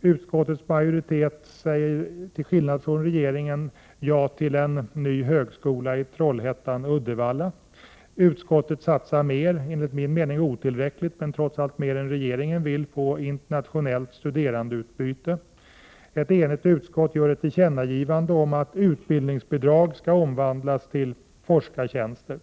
Utskottets majoritet säger, till skillnad från regeringen, ja till en ny högskola i Trollhättan-Uddevalla. Utskottet satsar — enligt min mening otillräckligt, men trots allt mer än regeringen vill — på internationellt studerandeutbyte. Ett enigt utskott gör ett tillkännagivande om att utbildningsbidrag skall omvandlas till forskartjänster.